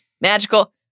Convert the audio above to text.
magical